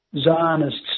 Zionists